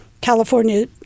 California